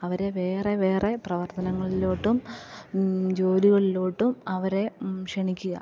അവരെ വേറെ വേറെ പ്രവർത്തനങ്ങളിലോട്ടും ജോലികളിലോട്ടും അവരെ ക്ഷണിക്കുക